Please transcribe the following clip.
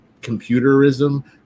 computerism